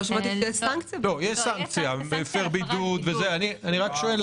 לגבי סנקציה להפרת בידוד, אני אסתכל.